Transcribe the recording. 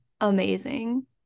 Amazing